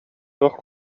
туох